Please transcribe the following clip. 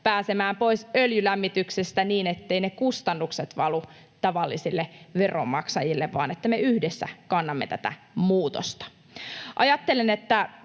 pääsemään pois öljylämmityksestä niin, etteivät ne kustannukset valu tavallisille veronmaksajille vaan että me yhdessä kannamme tätä muutosta. Ajattelen, että